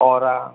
aura